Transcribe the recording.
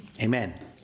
amen